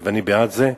ואני בעד זה.